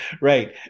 right